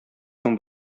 соң